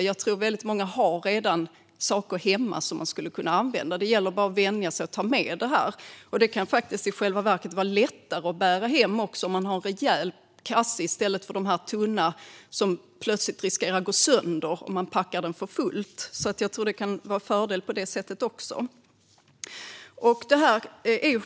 Jag tror att väldigt många redan har saker hemma som de skulle kunna använda. Det gäller bara att vänja sig vid att ta med det. Det kan i själva verket vara lättare att bära hem om man har en rejäl kasse i stället för en tunn påse som plötsligt riskerar att gå sönder om man packar den för fullt. Det kan vara en fördel också på det sättet.